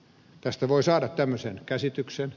tästä voi saada tämmöisen käsityksen